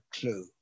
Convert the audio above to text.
clue